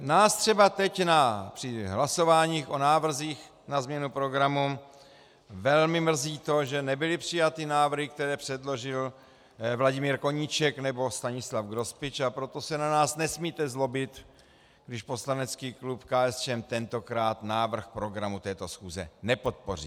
Nás třeba teď při hlasováních o návrzích na změnu programu velmi mrzí to, že nebyly přijaty návrhy, které předložil Vladimír Koníček nebo Stanislav Grospič, a proto se na nás nesmíte zlobit, když poslanecký klub KSČM tentokrát návrh programu této schůze nepodpoří.